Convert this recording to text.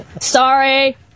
Sorry